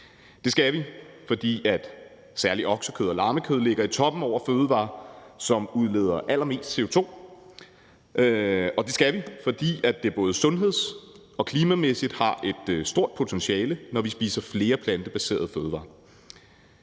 Det skal vi, fordi særlig okse- og lammekød ligger i toppen over fødevarer, som udleder allermest CO2 i produktionen af dem, og det skal vi, fordi det både sundhedsmæssigt og klimamæssigt har et stort potentiale, når vi spiser flere plantebaserede fødevarer.